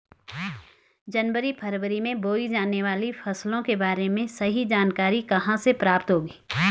जनवरी फरवरी में बोई जाने वाली फसलों के बारे में सही जानकारी कहाँ से प्राप्त होगी?